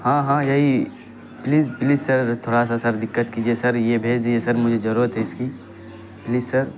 ہاں ہاں یہی پلیز پلیز سر تھوڑا سا سر دقت کیجیے سر یہ بھیج دیجیے سر مجھے ضرورت ہے اس کی پلیز سر